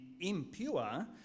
impure